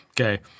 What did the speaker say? okay